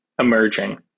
emerging